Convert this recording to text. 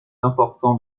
important